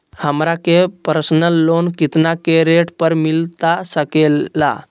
हमरा के personal loan कितना के रेट पर मिलता सके ला?